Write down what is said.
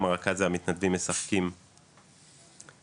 גם הרכז והמתנדבים משחקים במגרש.